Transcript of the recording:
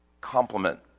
complement